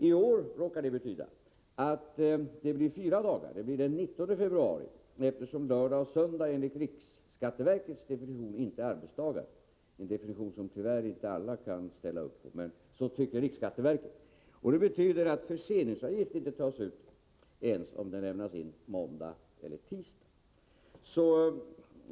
I år råkar det betyda att det blir fyra dagar — att deklarationen således skulle kunna lämnas den 19 februari, eftersom lördag och söndag enligt riksskatteverkets definition inte är arbetsdagar. Det är en definition som tyvärr inte alla kan ställa upp på, men riksskatteverket gör den tolkningen. Det betyder att skydda den svenska fiskerinäringen förseningsavgift inte kommer att tas ut ens om deklarationen lämnas in på måndagen eller tisdagen.